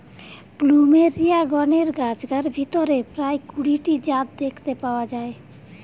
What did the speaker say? plumeria গণের গাছগার ভিতরে প্রায় কুড়ি টি জাত দেখতে পাওয়া যায়